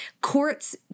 courts